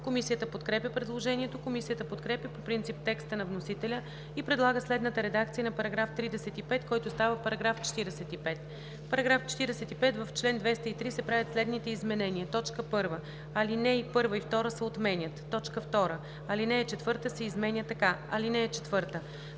Комисията подкрепя предложението. Комисията подкрепя по принцип текста на вносителя и предлага следната редакция на § 35, който става § 45: „§ 45. В чл. 203 се правят следните изменения: 1. Алинеи 1 и 2 се отменят. 2. Алинея 4 се изменя така: „(4)